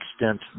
extent